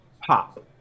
pop